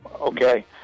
Okay